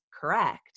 correct